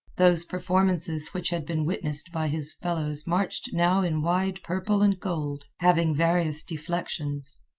those performances which had been witnessed by his fellows marched now in wide purple and gold, having various deflections.